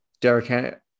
Derek